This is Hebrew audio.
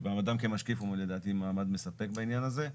ומעמדם כמשקיף לדעתי הוא לדעתי מעמד מספק בעניין הזה.